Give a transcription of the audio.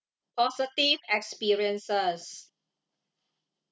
positive experience